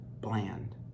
bland